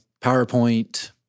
PowerPoint